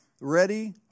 Ready